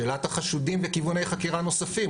שאלת החשודים וכיווני חקירה נוספים.